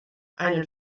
einen